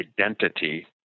identity